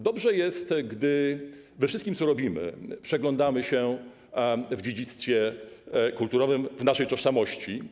Dobrze jest, gdy we wszystkim, co robimy, przeglądamy się w dziedzictwie kulturowym, w naszej tożsamości.